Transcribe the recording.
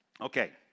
Okay